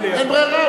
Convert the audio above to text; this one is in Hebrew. אין ברירה,